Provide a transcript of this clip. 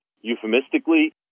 euphemistically